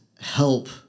help